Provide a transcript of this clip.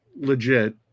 legit